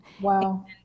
Wow